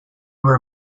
were